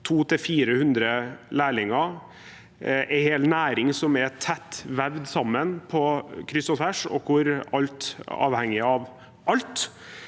200–400 lærlinger, en hel næring som er tett sammenvevd, på kryss og tvers, og hvor alt er avhengig av alt.